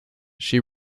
she